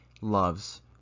loves